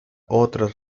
otras